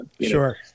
Sure